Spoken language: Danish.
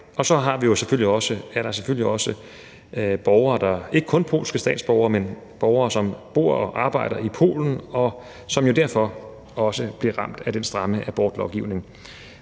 Og så er der selvfølgelig borgere, ikke kun polske statsborgere, men borgere, som bor og arbejder i Polen, og som jo derfor også bliver ramt af den stramme abortlovgivning.